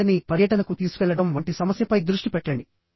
పిల్లవాడిని పర్యటనకు తీసుకెళ్లడం వంటి సమస్యపై దృష్టి పెట్టండి